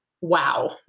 Wow